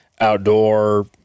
outdoor